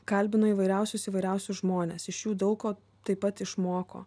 kalbino įvairiausius įvairiausius žmones iš jų daug ko taip pat išmoko